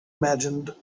imagined